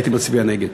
הייתי מצביע נגד.